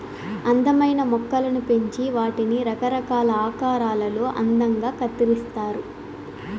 అందమైన మొక్కలను పెంచి వాటిని రకరకాల ఆకారాలలో అందంగా కత్తిరిస్తారు